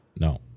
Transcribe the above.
No